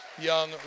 young